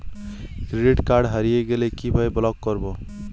Credit card হারিয়ে গেলে কি ভাবে ব্লক করবো?